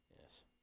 Yes